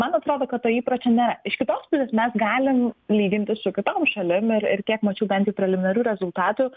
man atrodo kad to įpročio nėra iš kitos pusės mes galim lyginti su kitom šalim ir ir kiek mačiau bent jau preliminarių rezultatų